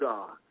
God